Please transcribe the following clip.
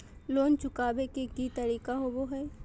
Loan चुकाबे के की तरीका होबो हइ?